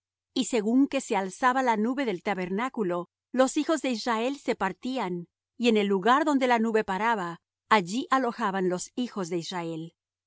y según que se alzaba la nube del tabernáculo los hijos de israel se partían y en el lugar donde la nube paraba allí alojaban los hijos de israel